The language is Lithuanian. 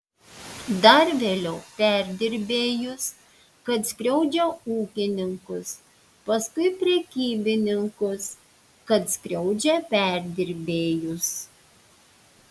dar vėliau perdirbėjus kad skriaudžia ūkininkus paskui prekybininkus kad skriaudžia perdirbėjus